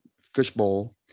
fishbowl